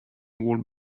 will